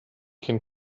can